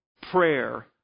prayer